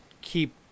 keep